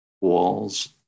walls